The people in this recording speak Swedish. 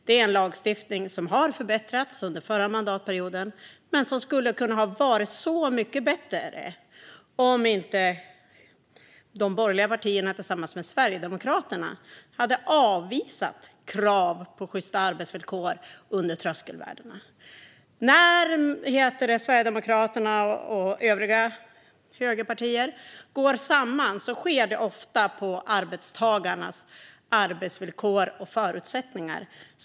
Det är en lagstiftning som har förbättrats under förra mandatperioden men som skulle kunna ha varit så mycket bättre om inte de borgerliga partierna tillsammans med Sverigedemokraterna hade avvisat krav på sjysta arbetsvillkor under tröskelvärdena. När Sverigedemokraterna och övriga högerpartier går samman sker det ofta på bekostnad av arbetstagarnas arbetsvillkor och förutsättningar.